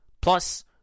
Plus